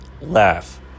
laugh